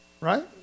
Right